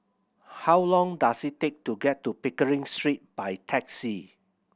how long does it take to get to Pickering Street by taxi